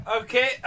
Okay